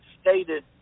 stated